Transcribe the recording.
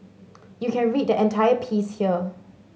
you can read the entire piece here